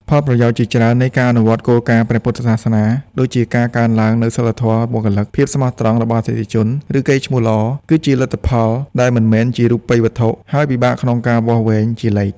ផលប្រយោជន៍ជាច្រើននៃការអនុវត្តគោលការណ៍ព្រះពុទ្ធសាសនា ដូចជាការកើនឡើងនូវសីលធម៌បុគ្គលិក ភាពស្មោះត្រង់របស់អតិថិជន ឬកេរ្តិ៍ឈ្មោះល្អ គឺជា លទ្ធផលដែលមិនមែនជារូបិយវត្ថុ ហើយពិបាកក្នុងការវាស់វែងជាលេខ។